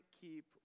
keep